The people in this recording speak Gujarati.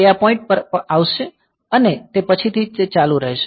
તે આ પોઈન્ટ પર આવશે અને તે પછીથી તે ચાલુ રહેશે